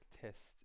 test